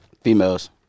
Females